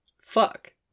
fuck